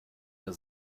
der